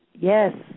Yes